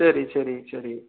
சரி சரி சரி